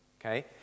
okay